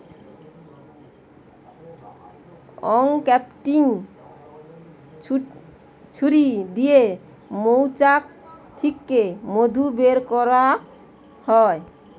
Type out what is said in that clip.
uncapping ছুরি দিয়ে মৌচাক থিকে মধু বের কোরা হয়